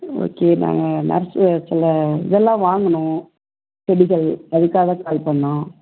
okay நாங்கள் nursery சில இதெல்லாம் வாங்கணும் செடிகள் அதுக்காக தான் கால் பண்ணோம்